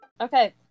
Okay